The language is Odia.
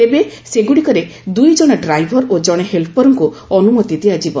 ତେବେ ସେଗୁଡ଼ିକରେ ଦୁଇଜଣ ଡ୍ରାଇଭର ଓ ଜଣେ ହେଲ୍ପରଙ୍କୁ ଅନୁମତି ଦିଆଯିବ